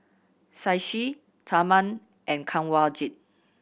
Shashi Tharman and Kanwaljit